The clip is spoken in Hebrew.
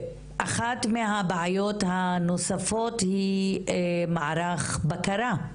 אחת מהבעיות הנוספות היא מערך בקרה.